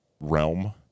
realm